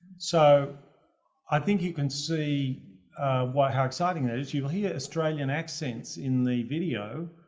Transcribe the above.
so i think you can see why how exciting that is. you hear australian accents in the video.